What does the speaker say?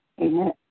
Amen